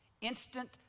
Instant